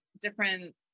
different